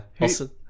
Awesome